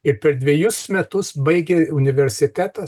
ir per dvejus metus baigė universitetą